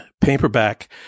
paperback